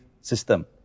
system